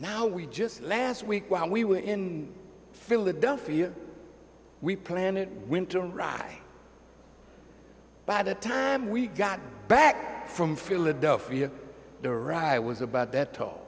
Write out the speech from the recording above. now we just last week while we were in philadelphia we planted winter rye by the time we got back from philadelphia the right was about that